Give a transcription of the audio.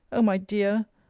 o my dear!